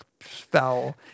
foul